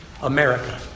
America